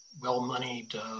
well-moneyed